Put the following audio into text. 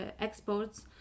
exports